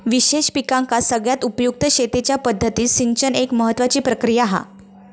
विशेष पिकांका सगळ्यात उपयुक्त शेतीच्या पद्धतीत सिंचन एक महत्त्वाची प्रक्रिया हा